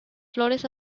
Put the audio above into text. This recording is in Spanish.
flores